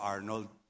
Arnold